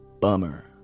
Bummer